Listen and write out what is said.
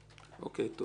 תודה.